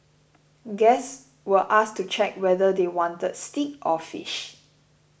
guests were asked to check whether they wanted steak or fish